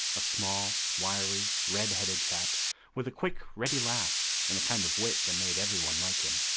a small, wiry, red-headed chap with a quick, ready laugh and the kind of wit that made everyone like him.